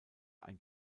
ein